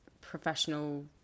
professional